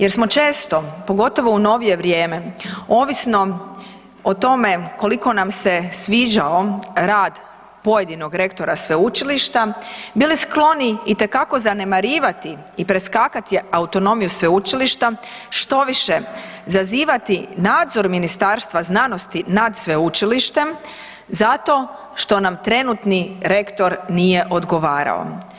Jer smo često, pogotovo u novije vrijeme, ovisno o tome koliko nam se sviđao rad pojedinog rektora sveučilišta bili skloni itekako zanemarivati i preskakati autonomiju sveučilišta, štoviše zazivati nadzor Ministarstva znanosti nad sveučilištem zato što nam trenutni rektor nije odgovarao.